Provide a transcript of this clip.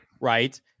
right